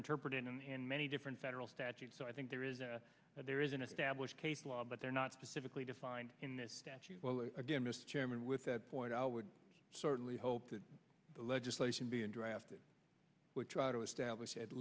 interpreted in hand many different federal statutes so i think there is and there is an established case law but they're not specifically defined in this statute again mr chairman with that point i would certainly hope that the legislation being drafted would try to establish at